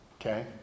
Okay